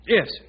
Yes